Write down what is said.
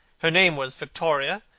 her name was victoria,